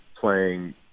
playing